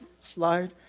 slide